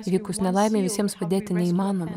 įvykus nelaimei visiems padėti neįmanoma